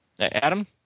Adam